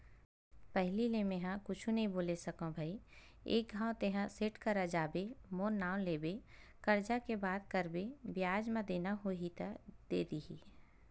पहिली ले मेंहा कुछु नइ बोले सकव भई एक घांव तेंहा सेठ करा जाबे मोर नांव लेबे करजा के बात करबे बियाज म देना होही त दे दिही